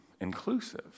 inclusive